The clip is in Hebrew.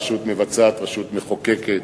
רשות-מבצעת רשות-מחוקקת,